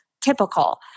typical